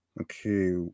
okay